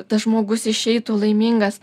tas žmogus išeitų laimingas